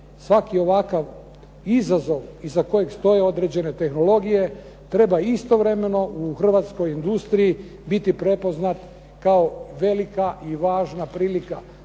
svaki ovakav izazov iza kojeg stoje određene tehnologije treba istovremeno u hrvatskoj industriji biti prepoznat kao velika i važna prilika